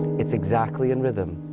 it's exactly in rhythm,